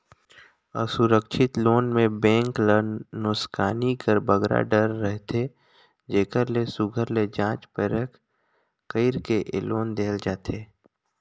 असुरक्छित लोन में बेंक ल नोसकानी कर बगरा डर रहथे जेकर ले सुग्घर ले जाँच परेख कइर के ए लोन देहल जाथे